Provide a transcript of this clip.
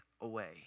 away